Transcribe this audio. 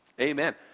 Amen